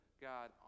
God